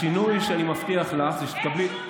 השינוי שאני מבטיח שלך זה שתקבלי,